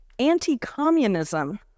Anti-communism